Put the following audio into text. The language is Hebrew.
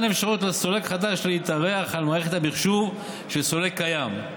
אפשרות לסולק חדש להתארח על מערכת המחשוב של סולק קיים,